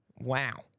Wow